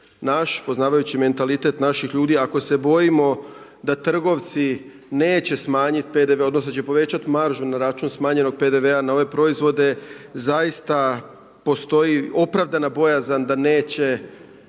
naš, poznavajući mentalitet naših ljudi, ako se bojimo da trgovci neće smanjit PDV, odnosno da će povećat maržu na račun smanjenog PDV-a na ove proizvode, zaista postoji opravdana bojazan da neće